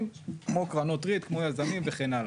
כמו קרנות ריט כמו יזמים וכן הלאה?